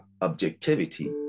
objectivity